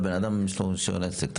אבל בן אדם אם יש לו רישיון עסק,